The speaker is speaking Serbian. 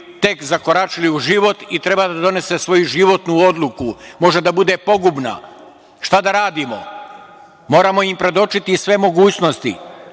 tek zakoračuju u život i treba da donese svoju životnu odluku. Može da bude pogubna. Šta da radimo? Moramo im predočiti sve mogućnosti.